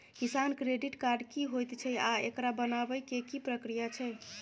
किसान credit card की होयत छै आ एकरा बनाबै के की प्रक्रिया छै?